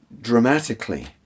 dramatically